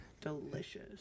Delicious